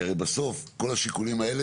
כי הרי בסוף כל השיקולים האלה,